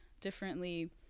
differently